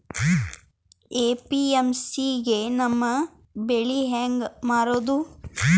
APMC ಗೆ ನಮ್ಮ ಬೆಳಿ ಹೆಂಗ ಮಾರೊದ?